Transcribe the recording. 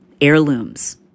heirlooms